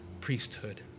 priesthood